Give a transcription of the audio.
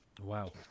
Wow